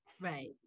Right